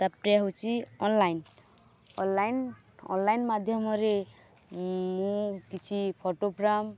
ତାପରେ ହେଉଛି online online online ମାଧ୍ୟମରେ ମୁଁ କିଛି ଫଟୋଗ୍ରାଫ୍